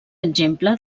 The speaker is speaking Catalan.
exemple